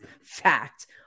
fact